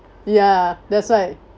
ya that's why